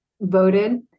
voted